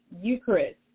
Eucharist